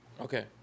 Okay